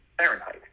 Fahrenheit